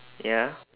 ya